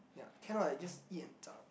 ya can lor I just eat and zao